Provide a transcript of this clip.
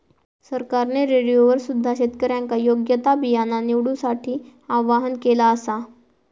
सरकारने रेडिओवर सुद्धा शेतकऱ्यांका योग्य ता बियाणा निवडूसाठी आव्हाहन केला आसा